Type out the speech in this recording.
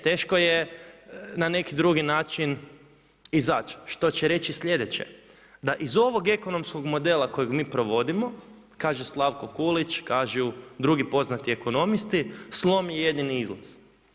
Teško je na neki drugi način izaći, što će reći sljedeće, da iz ovog ekonomskog modela kojeg mi provodimo, kaže Slavko Kulić, kažu drugi poznati ekonomisti, slom je jedini izlaz.